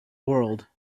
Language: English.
world